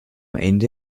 ende